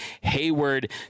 Hayward